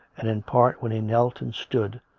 and in part when he kneeled and stood,